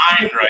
right